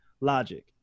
logic